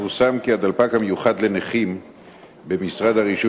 פורסם כי הדלפק המיוחד לנכים במשרד הרישוי